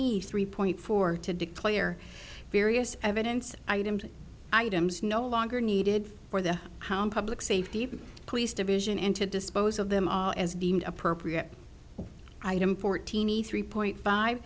fortini point four to declare various evidence items items no longer needed for the public safety police division and to dispose of them as deemed appropriate item fourteen e three point five